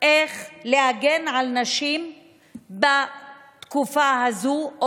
איך להגן על נשים בתקופה הזאת,